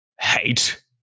hate